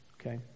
okay